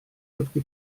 rygbi